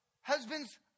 husbands